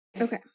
Okay